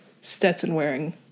Stetson-wearing